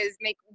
make